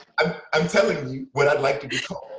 i'm telling you what i'd like to be called.